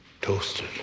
Toasted